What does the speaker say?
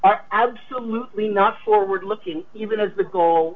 are absolutely not forward looking even as the goal